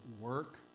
work